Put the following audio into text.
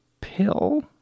pill